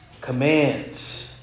commands